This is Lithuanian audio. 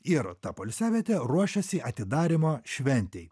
ir ta poilsiavietė ruošiasi atidarymo šventei